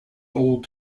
old